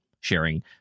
sharing